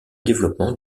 développement